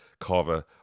Carver